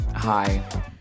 Hi